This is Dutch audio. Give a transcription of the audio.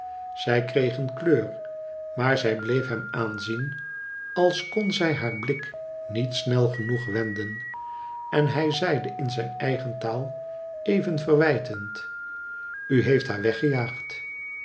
zij kreeg een kleur maar zij bleef hem aanzien als kon zij haar blik niet snel genoeg wenden en hij zeide in zijn eigen taal even verwijtend u heeft haar weggejaagd